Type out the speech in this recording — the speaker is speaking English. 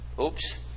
Oops